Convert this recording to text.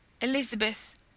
Elizabeth